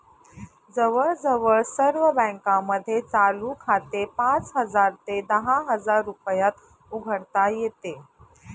जवळजवळ सर्व बँकांमध्ये चालू खाते पाच हजार ते दहा हजार रुपयात उघडता येते